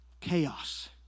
chaos